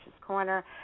Corner